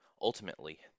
Ultimately